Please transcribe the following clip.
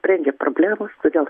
sprendžia problemas todėl